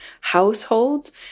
households